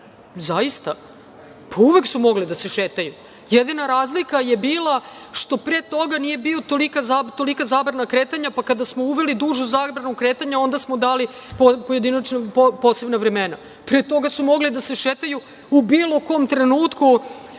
Zaista? Uvek su mogli da se šetaju. Jedina razlika je bila što pre toga nije bila tolika zabrana kretanja, pa kada smo uveli dužu zabranu kretanja, onda smo posebna vremena. Pre toga su mogli da se šetaju u bilo kom trenutku,